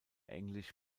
englisch